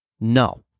No